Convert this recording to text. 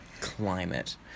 climate